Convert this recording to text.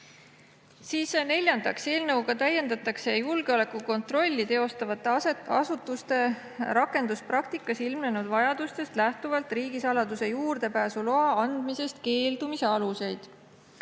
Neljandaks, eelnõuga täiendatakse julgeolekukontrolli teostavate asutuste rakenduspraktikas ilmnenud vajadustest lähtuvalt riigisaladusele juurdepääsu loa andmisest keeldumise aluseid.